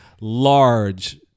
large